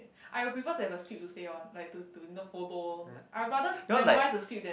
I would prefer to have a script to stay on like to to you know follow like I'd rather memorise the script then